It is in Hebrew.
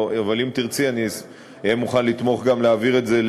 אבל אם תרצי אהיה מוכן לתמוך גם בהעברה,